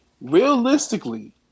realistically